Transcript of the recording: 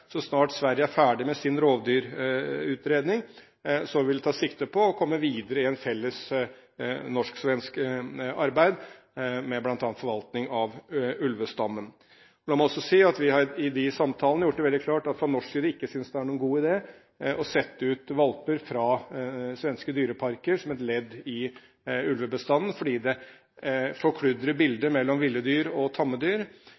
Så snart Sverige er ferdig med sin rovdyrutredning, vil vi ta sikte på å komme videre i et felles norsk-svensk samarbeid om bl.a. forvaltning av ulvestammen. La meg også si at vi i de samtalene har gjort det veldig klart at vi fra norsk side ikke synes det er noen god idé å sette ut valper fra svenske dyreparker som et ledd i ulvebestanden, fordi det forkludrer